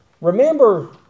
Remember